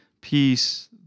peace